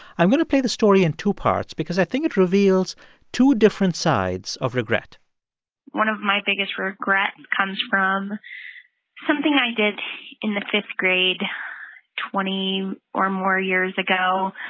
i'm going to play the story in two parts because i think it reveals two different sides of regret one of my biggest regrets comes from something i did in the fifth grade twenty or more years ago.